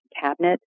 cabinet